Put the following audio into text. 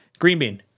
Greenbean